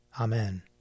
Amen